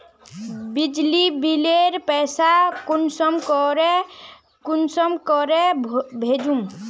बिजली बिलेर पैसा ऑनलाइन कुंसम करे भेजुम?